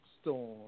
storm